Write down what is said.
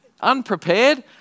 unprepared